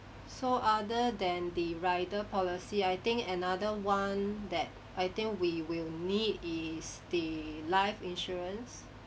so other than the rider policy I think another one that I think we will need is the life insurance